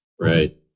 Right